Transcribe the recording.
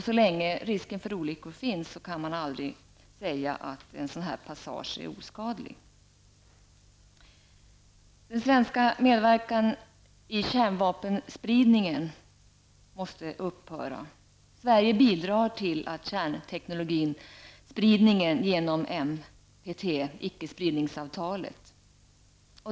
Så länge risken för olyckor finns kan man aldrig säga att en sådan här passage är oskadlig. Den svenska medverkan i kärnvapenspridningen måste upphöra. Sverige bidrar till kärnteknologispridning genom NPT, ickespridningsavtalet.